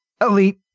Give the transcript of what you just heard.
Elite